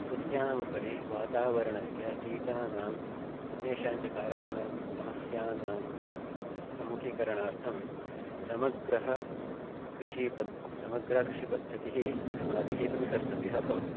सस्यानाम् उपरि वातावरणस्य कीटानाम् अन्येषां च कारकाणां समस्यानां सम्मुखीकरणार्थं समग्रा कृषिपद्धतिः समग्रा कृषिपद्धतिः अस्माभिः अनुसर्तव्या भवति